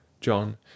John